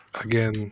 again